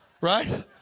right